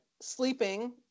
sleeping